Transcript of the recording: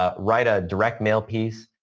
ah write a direct mail piece,